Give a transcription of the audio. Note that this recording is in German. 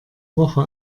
woche